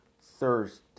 Thursday